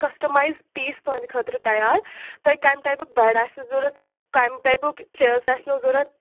customer پیس تُہنٛدِ خٲطرٕ تیار تۄہہِ کَمہِ ٹیپُک بٮ۪ڈ آسوٕ ضوٚرَتھ تم کَمہِ ٹیپُک چیٲرٕز آسنیو ضوٚرَتھ